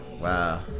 wow